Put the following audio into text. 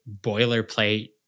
boilerplate